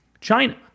China